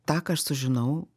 tą ką aš sužinau